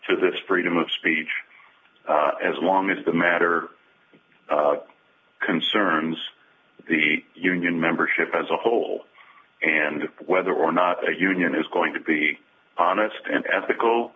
to this freedom of speech as long as the matter concerns the union membership as a whole and whether or not a union is going to be honest and ethical